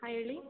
ಹಾಂ ಹೇಳಿ